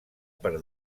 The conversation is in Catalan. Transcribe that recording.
per